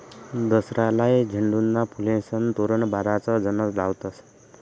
दसराले झेंडूना फुलेस्नं तोरण बराच जण लावतस